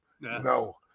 no